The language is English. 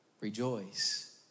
Rejoice